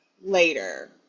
later